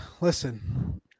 listen